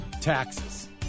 taxes